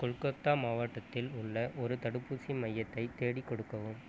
கொல்கத்தா மாவட்டத்தில் உள்ள ஒரு தடுப்பூசி மையத்தை தேடிக் கொடுக்கவும்